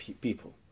people